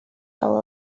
fel